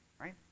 right